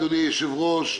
אדוני היושב-ראש,